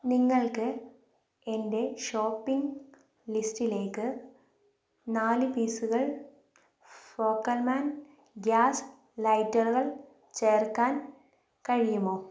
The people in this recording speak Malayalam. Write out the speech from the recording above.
നിങ്ങൾക്ക് എന്റെ ഷോപ്പിംഗ് ലിസ്റ്റിലേക്ക് നാല് പീസുകൾ ഫോക്കൽമാൻ ഗ്യാസ് ലൈറ്ററുകൾ ചേർക്കാൻ കഴിയുമോ